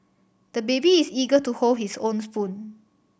the baby is eager to hold his own spoon